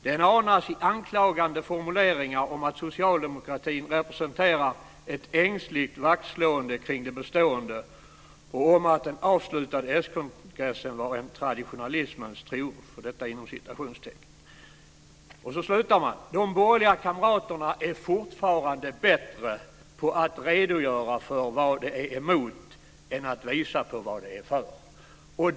Den anas i anklagande formuleringar om att socialdemokratin representerar ett ängsligt vaktslående kring det bestående och om att den avslutade s-kongressen var en traditionalismens tro på detta. De slutar: De borgerliga kamraterna är fortfarande bättre på att redogöra för vad de är emot än att visa på vad de är för.